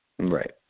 Right